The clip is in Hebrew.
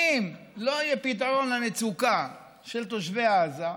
אם לא יהיה פתרון למצוקה של תושבי עזה,